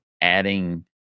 adding